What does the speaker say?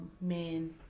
men